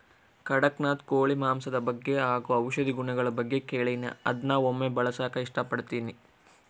ಕಡಖ್ನಾಥ್ ಕೋಳಿ ಮಾಂಸದ ಬಗ್ಗೆ ಹಾಗು ಔಷಧಿ ಗುಣಗಳ ಬಗ್ಗೆ ಕೇಳಿನಿ ಅದ್ನ ಒಮ್ಮೆ ಬಳಸಕ ಇಷ್ಟಪಡ್ತಿನಿ